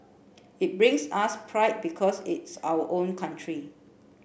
it brings us pride because it's our own country